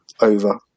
over